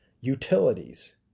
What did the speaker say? Utilities